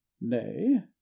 nay